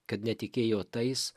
kad netikėjo tais